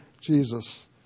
Jesus